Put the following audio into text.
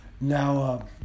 now